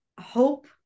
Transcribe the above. hope